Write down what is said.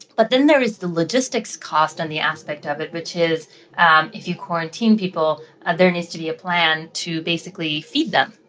but then there is the logistics cost and the aspect of it, which is um if you quarantine people, ah there needs to be a plan to, basically, feed them,